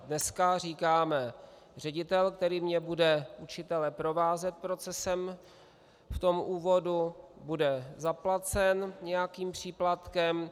Dneska říkáme: ředitel, který mně bude učitele provázet procesem v tom úvodu, bude zaplacen nějakým příplatkem.